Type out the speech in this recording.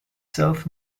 self